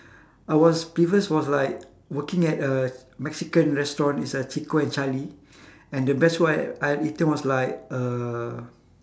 I was previous was like working at a mexican restaurant it's a chico and charlie and the best one I eaten was like uh